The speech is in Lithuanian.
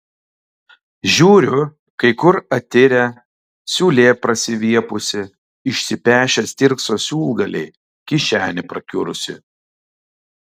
žiūriu kai kur atirę siūlė prasiviepusi išsipešę stirkso siūlgaliai kišenė prakiurusi